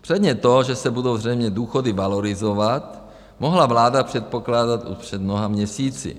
Předně to, že se budou zřejmě důchody valorizovat, mohla vláda předpokládat už před mnoha měsíci.